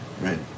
right